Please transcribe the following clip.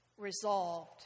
resolved